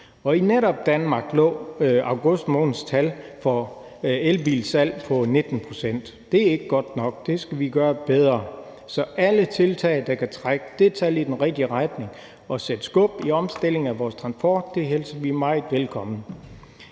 Og i netop Danmark lå august måneds tal for elbilsalg på 19 pct. Det er ikke godt nok. Det skal vi gøre bedre. Så alle tiltag, der kan trække det tal i den rigtige retning og sætte skub i omstillingen af vores transport, hilser vi meget velkommen.